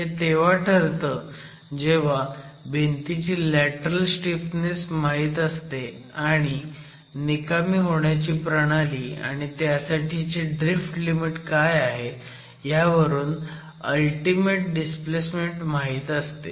हे तेव्हा ठरतं जेव्हा भिंतीची लॅटरल स्टीफनेस माहीत असते आणि निकामी होण्याची प्रणाली आणि त्यासाठीची ड्रीफ्ट लिमिट काय आहे ह्यावरून अल्टीमेट डिस्प्लेसमेन्ट माहीत असते